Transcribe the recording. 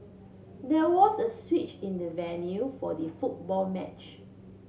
there was a switch in the venue for the football match